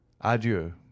adieu